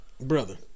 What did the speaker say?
brother